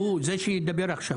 הוא, זה שידבר עכשיו.